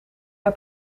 hij